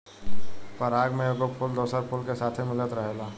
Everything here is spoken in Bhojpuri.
पराग में एगो फूल दोसरा फूल के साथे मिलत रहेला